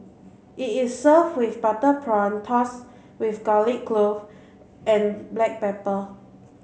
it is served with butter prawn tossed with garlic clove and black pepper